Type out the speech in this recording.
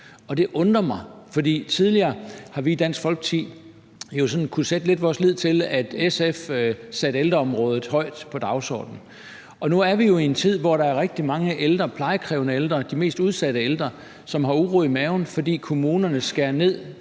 Dansk Folkeparti tidligere jo sådan lidt har kunnet sætte vores lid til, at SF satte ældreområdet højt på dagsordenen. Nu er vi jo i en tid, hvor der er rigtig mange ældre, plejekrævende ældre, de mest udsatte ældre, som har uro i maven, fordi kommunerne skærer ned